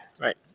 right